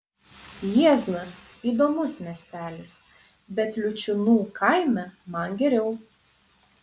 jieznas įdomus miestelis bet liučiūnų kaime man geriau